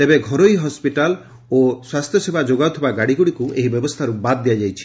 ତେବେ ଘରୋଇ ହସ୍ୱିଟାଲ ଓ ସ୍ୱାସ୍ଥ୍ୟସେବା ଯୋଗାଉଥିବା ଗାଡ଼ିଗୁଡ଼ିକୁ ଏହି ବ୍ୟବସ୍ଥାରୁ ବାଦ ଦିଆଯାଇଛି